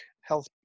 health